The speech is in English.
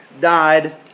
died